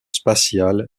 spatiales